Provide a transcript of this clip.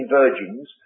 virgins